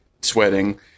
sweating